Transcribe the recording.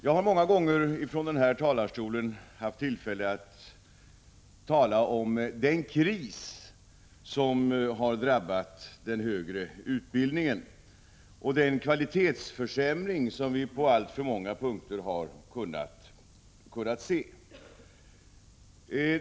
Jag har många gånger haft tillfälle att från denna talarstol tala om den kris som har drabbat den högre utbildningen och den kvalitetsförsämring som vi på alltför många punkter har kunnat se.